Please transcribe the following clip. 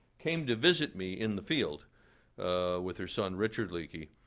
came to visit me in the field with her son richard leakey.